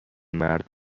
مرد